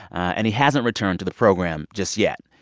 and he hasn't returned to the program just yet.